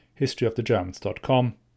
historyofthegermans.com